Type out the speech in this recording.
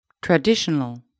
Traditional